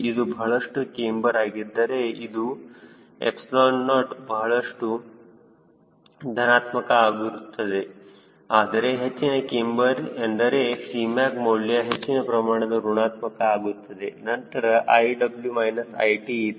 ಇದು ಬಹಳಷ್ಟು ಕ್ಯಾಮ್ಬರ್ ಆಗಿದ್ದರೆ ಇದು 𝜖O ಬಹಳಷ್ಟು ಧನಾತ್ಮಕ ಆಗುತ್ತಿತ್ತು ಆದರೆ ಹೆಚ್ಚಿನ ಕ್ಯಾಮ್ಬರ್ ಎಂದರೆ Cmac ಮೌಲ್ಯವು ಹೆಚ್ಚಿನ ಪ್ರಮಾಣದಲ್ಲಿ ಋಣಾತ್ಮಕ ಆಗುತ್ತದೆ ನಂತರ i w minus i t ಇದೆ